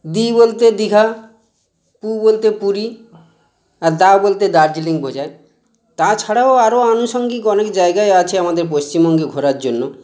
দী বলতে দীঘা পু বলতে পুরী আর দা বলতে দার্জিলিং বোঝায় তাছাড়াও আরো আনুষাঙ্গিক অনেক জায়গায় আছে আমাদের পশ্চিমবঙ্গে ঘোরার জন্য